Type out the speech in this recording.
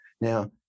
Now